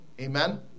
Amen